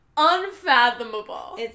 Unfathomable